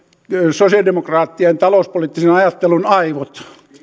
sosialidemokraattien talouspoliittisen ajattelun aivot